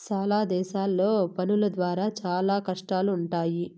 చాలా దేశాల్లో పనులు త్వరలో చాలా కష్టంగా ఉంటాయి